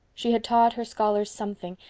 she had taught her scholars something,